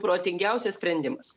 protingiausias sprendimas